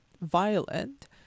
violent